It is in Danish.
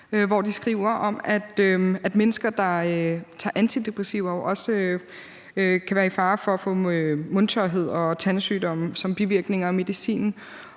hvor de skriver om, at mennesker, der tager antidepressiver, også kan være i fare for at få mundtørhed og tandsygdomme som bivirkninger af medicinen,